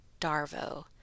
DARVO